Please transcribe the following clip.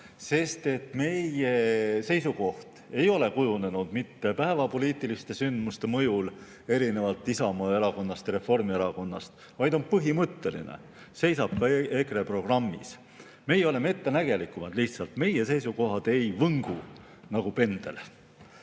sest meie seisukoht ei ole kujunenud mitte päevapoliitiliste sündmuste mõjul, erinevalt Isamaa Erakonnast ja Reformierakonnast, vaid on põhimõtteline, seisab ka EKRE programmis. Meie oleme lihtsalt ettenägelikumad, meie seisukohad ei võngu nagu pendel.